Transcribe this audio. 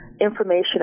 information